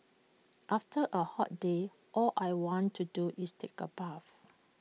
after A hot day all I want to do is take A bath